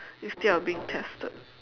you still are being tested